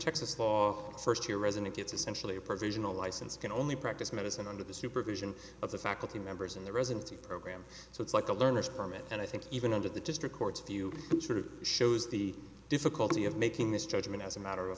texas law the first year resident it's essentially a provisional license can only practice medicine under the supervision of the faculty members in the residency program so it's like a learner's permit and i think even under the district courts if you sort of shows the difficulty of making this judgment as a matter of